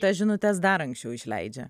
tas žinutes dar anksčiau išleidžia